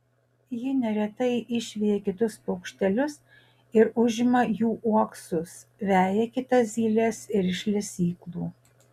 ji neretai išveja kitus paukštelius ir užima jų uoksus veja kitas zyles ir iš lesyklų